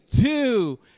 two